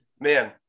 man